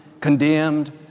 condemned